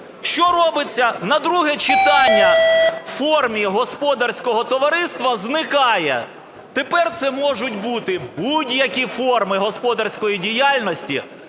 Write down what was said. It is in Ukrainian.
Що робиться? На друге читання "у формі господарського товариства" зникає. Тепер це можуть бути будь-які форми господарської діяльності